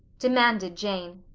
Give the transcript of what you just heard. demanded jane.